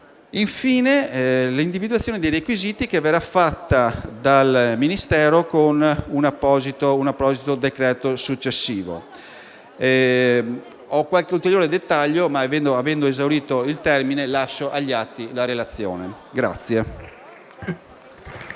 Infine, l'individuazione dei requisiti, che verrà fatta dal Ministero con un apposito decreto successivo. Ho qualche ulteriore dettaglio, ma avendo esaurito il tempo chiedo di depositare la relazione agli